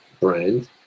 brand